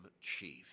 chief